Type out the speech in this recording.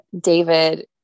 David